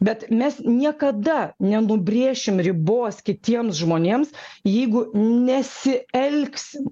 bet mes niekada nenubrėšim ribos kitiems žmonėms jeigu nesielgsim